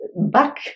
back